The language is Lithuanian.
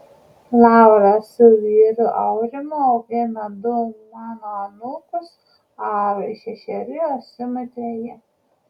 laura su vyru aurimu augina du mano anūkus arui šešeri o simui treji